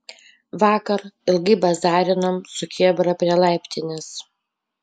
vakar ilgai bazarinom su chebra prie laiptinės